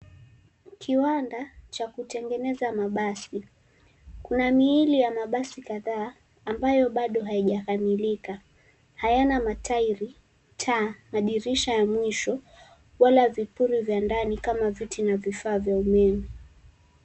Kiwanda cha kutengeneza mabasi. Kuna miili ya mabasi kadhaa ambayo bado haijakamilika. Hayana matairi, taa, na dirisha ya mwisho, wala vipuri vya ndani kama viti na vifaa vya umeme.